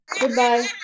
Goodbye